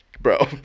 bro